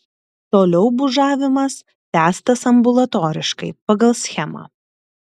toliau bužavimas tęstas ambulatoriškai pagal schemą